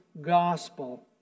gospel